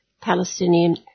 Palestinian